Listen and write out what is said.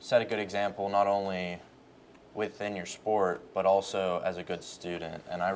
set a good example not only within your sport but also as a good student and i